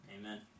Amen